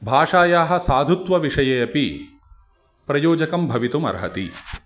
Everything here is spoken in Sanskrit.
भाषायाः साधुत्वविषये अपि प्रयोजकं भवितुमर्हति